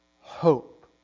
hope